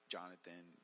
Jonathan